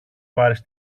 πάρεις